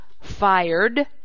fired